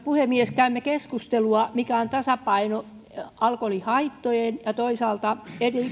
puhemies käymme keskustelua mikä on tasapaino alkoholihaittojen ja toisaalta